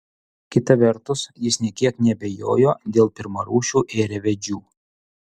kita vertus jis nė kiek neabejojo dėl pirmarūšių ėriavedžių